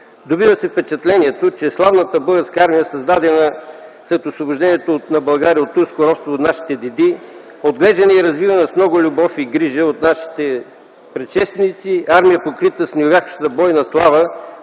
Добива се впечатлението, че славната Българска армия, създадена след Освобождението на България от турско робство от нашите деди, отглеждана и развивана с много любов и грижа от нашите предшественици, армия, покрита с неувяхваща бойна слава